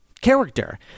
character